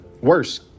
worse